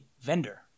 vendor